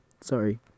Sorry